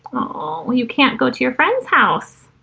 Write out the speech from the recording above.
oh, well, you can't go to your friend's house